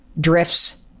drifts